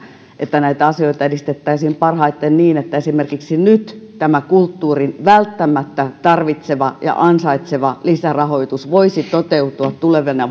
näitä asioita edistettäisiin parhaiten niin että jotta esimerkiksi nyt tämä kulttuurin välttämättä tarvitsema ja ansaitsema lisärahoitus voisi toteutua tulevina